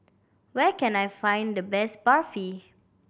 where can I find the best Barfi